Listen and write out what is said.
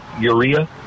urea